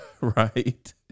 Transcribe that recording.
right